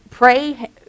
pray